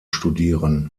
studieren